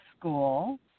school